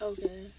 Okay